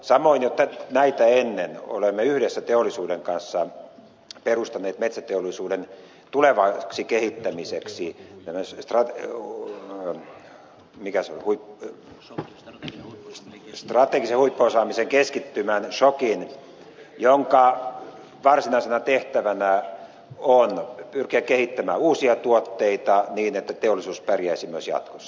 samoin jo näitä ennen olemme yhdessä teollisuuden kanssa perustaneet metsäteollisuuden tulevaksi kehittämiseksi tällaisista euhun mikä saa kuittia ja strategisen huippuosaamisen keskittymän shokin jonka varsinaisena tehtävänä on pyrkiä kehittämään uusia tuotteita niin että teollisuus pärjäisi myös jatkossa